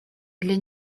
для